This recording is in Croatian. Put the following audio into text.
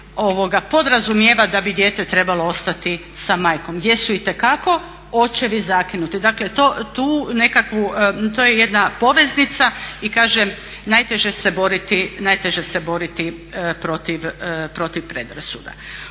podrazumijeva da bi dijete trebalo ostati sa majkom, gdje su itekako očevi zakinuti. Dakle to je jedna poveznica i kažem najteže se boriti protiv predrasuda.